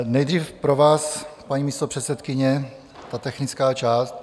Nejdřív pro vás, paní místopředsedkyně, ta technická část.